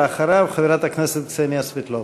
ואחריו, חברת הכנסת קסניה סבטלובה.